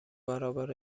برابر